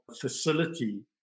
facility